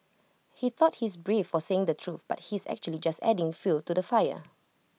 he thought he's brave for saying the truth but he's actually just adding fuel to the fire